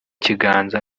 kiganza